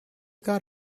got